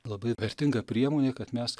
labai vertinga priemonė kad mes